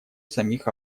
самих